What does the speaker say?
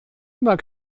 immer